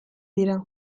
dira